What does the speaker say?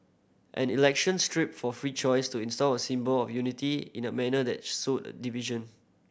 an election stripped for free choice to install a symbol of unity in a manner that sowed division